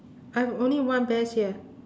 I have only one bears here